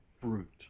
fruit